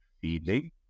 feeling